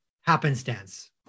happenstance